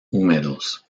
húmedos